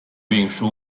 运输